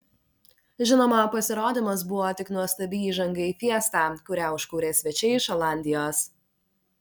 žinoma pasirodymas buvo tik nuostabi įžanga į fiestą kurią užkūrė svečiai iš olandijos